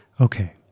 okay